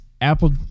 apple